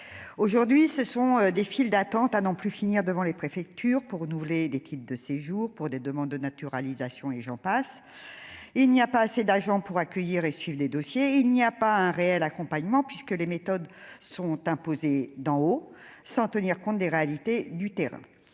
aujourd'hui ce sont des files d'attente à n'en plus finir devant les préfectures pour renouveler des titres de séjour pour des demandes de naturalisation et j'en passe, il n'y a pas assez d'argent pour accueillir et suivent des dossiers, il n'y a pas un réel accompagnement puisque les méthodes sont imposées d'en haut sans tenir compte des réalités du terrain,